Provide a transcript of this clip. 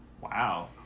Wow